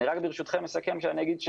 ברשותכם אני אסכם ואגיד,